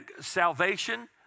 salvation